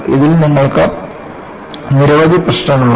ഇതിൽ നിങ്ങൾക്ക് നിരവധി പ്രശ്നങ്ങളുണ്ട്